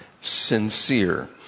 sincere